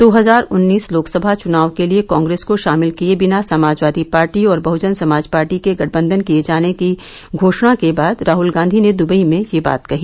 दो हजार उन्नीस लोकसभा चुनाव के लिए कांग्रेस को शामिल किये दिना समाजवादी पार्टी और बहजन समाज पार्टी के गठबंधन किए जाने की घोषणा के बाद राहल गांधी र्न दुबई में यह बात कही